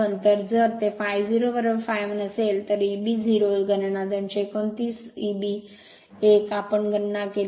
तर जर ते ∅0 ∅1 असेल तर Eb 0 गणना 229 Eb 1 आम्ही गणना केली 215